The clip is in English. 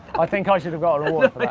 i think i should have got